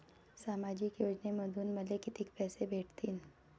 सामाजिक योजनेमंधून मले कितीक पैसे भेटतीनं?